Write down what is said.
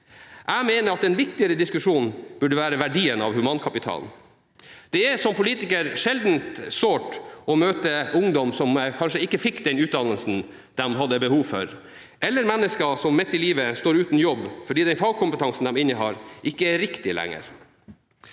Jeg mener en viktigere diskusjon burde være verdien av humankapitalen. Som politiker er det sjeldent sårt å møte ungdom som kanskje ikke fikk den utdannelsen de hadde behov for, eller mennesker som midt i livet står uten jobb fordi den fagkompetansen de innehar, ikke lenger